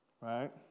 right